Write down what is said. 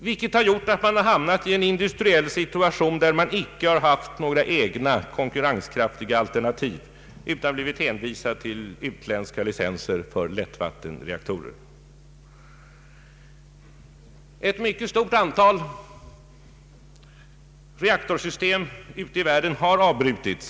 Man har då hamnat i en industriell situation där man icke haft några egna konkurrenskraftiga alternativ utan blivit hänvisad till utländska licenser för lättvattenreaktorer. Arbetet med ett mycket stort antal reaktorsystem ute i världen har avbrutits.